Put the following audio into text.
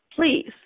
please